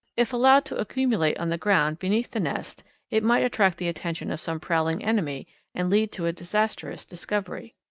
if allowed to accumulate on the ground beneath the nest it might attract the attention of some prowling enemy and lead to a disastrous discovery.